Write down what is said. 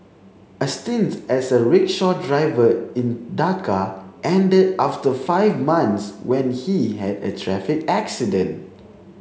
a stint as a rickshaw driver in Dhaka ended after five months when he had a traffic accident